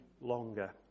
longer